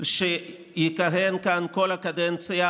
שיכהן כאן כל הקדנציה